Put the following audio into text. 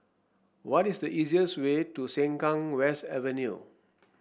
what is the easiest way to Sengkang West Avenue